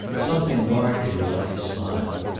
something markedly like a smile,